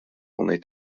only